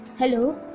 Hello